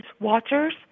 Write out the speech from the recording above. watchers